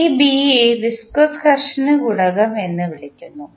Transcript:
ഈ ബി യെ വിസ്കോസ് ഘർഷണ ഗുണകം എന്ന് വിളിക്കുന്നു